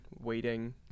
waiting